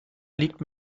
liegt